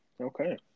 Okay